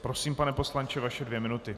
Prosím, pane poslanče, vaše dvě minuty.